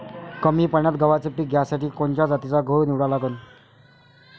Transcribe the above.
कमी पान्यात गव्हाचं पीक घ्यासाठी कोनच्या जातीचा गहू निवडा लागन?